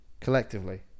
collectively